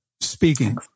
Speaking